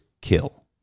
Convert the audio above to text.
kill